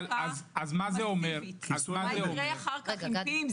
מה יהיה אחר כך עם PIMS,